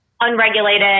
unregulated